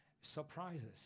Surprises